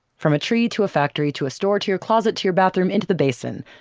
from a tree to a factory to a store to your closet to your bathroom into the basin,